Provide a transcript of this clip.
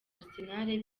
arsenal